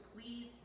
please